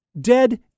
dead